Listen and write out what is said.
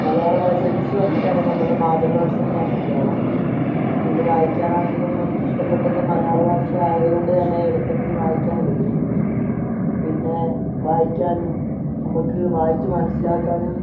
മലയാള ഭാഷയെക്കുറിച്ച് പറയുകയാണേൽ നമ്മുടെ മാതൃഭാഷ തന്നെയാണ് മലയാളം ഇപ്പം ഇത് വായിക്കാനാണെങ്കിലും എനിക്കിഷ്ടപ്പെട്ടത് മലയാള ഭാഷ ആയത് കൊണ്ട് തന്നെ എളുപ്പത്തിൽ വായിക്കാൻ കഴിയും പിന്നെ വായിക്കാനും നമുക്ക് വായിച്ച് മനസ്സിലാക്കാനും